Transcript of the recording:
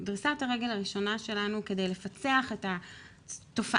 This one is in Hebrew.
דריסת הרגל הראשונה שלנו כדי לפצח את התופעה